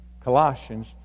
Colossians